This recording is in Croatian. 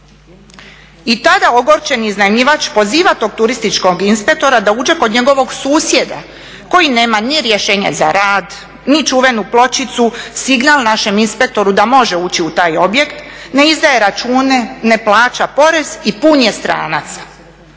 I tada ogorčeni iznajmljivač poziva tog turističkog inspektora da uđe kod njegovog susjeda koji nema ni rješenje za rad, ni čuvenu pločicu, signal našem inspektoru da može ući u taj objekt, ne izdaje račune, ne plaća porez i pun je stranaca.